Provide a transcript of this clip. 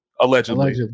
Allegedly